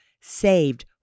saved